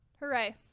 hooray